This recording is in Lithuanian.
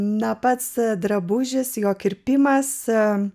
ne pats drabužis jo kirpimas man